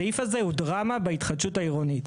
הסעיף הזה הוא דרמה בהתחדשות העירונית.